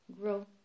grow